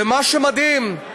ומה שמדהים,